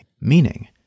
meaning